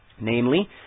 Namely